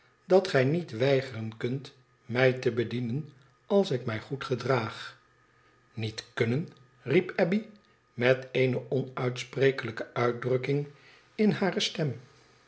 idat gij niet weigeren kunt mij te bedienen als ik mij goeci gedraag niet kunnen riep abbey met eene onuitsprekelijke uitdrukking in hare stem